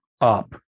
up